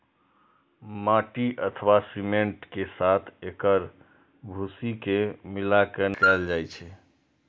माटि अथवा सीमेंट के साथ एकर भूसी के मिलाके निर्माण कार्य कैल जाइ छै